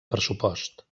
pressupost